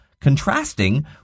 contrasting